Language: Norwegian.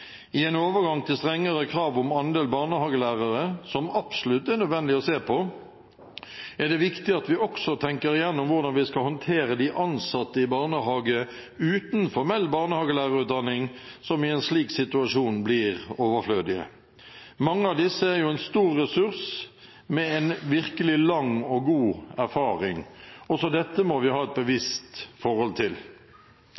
I en overgang til strengere krav om andel barnehagelærere, som det absolutt er nødvendig å se på, er det viktig at vi også tenker igjennom hvordan vi skal håndtere de ansatte i barnehagen uten formell barnehagelærerutdanning, som i en slik situasjon blir overflødige. Mange av disse er jo en stor ressurs med en virkelig lang og god erfaring. Også dette må vi ha et bevisst forhold til.